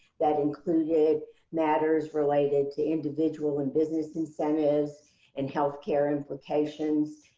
that included matters related to individual and business incentives and health care implications,